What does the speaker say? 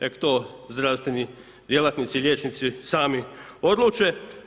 Neka to zdravstveni djelatnici, liječnici, sami odluče.